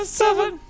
seven